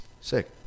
Sick